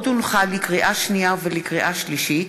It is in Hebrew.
לקריאה שנייה ולקריאה שלישית: